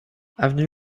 avenue